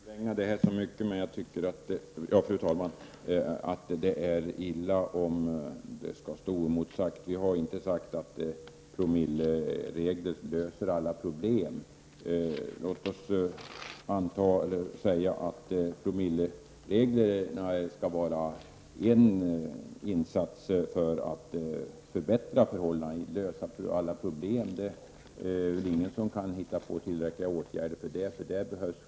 Fru talman! Jag skall inte förlänga debatten så mycket, men det är illa om detta skall stå oemotsagt. Vi har inte sagt att promilleregler skulle lösa alla problem. Låt oss anta att promillereglerna skall vara en insats för att förbättra förhållandena. Ingen kan väl hitta på tillräckliga åtgärder för att lösa alla problem.